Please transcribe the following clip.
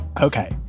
Okay